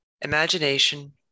Imagination